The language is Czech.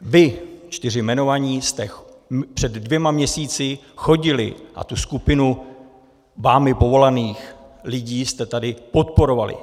Vy čtyři jmenovaní jste před dvěma měsíci chodili a tu skupinu vámi povolaných lidí jste tady podporovali.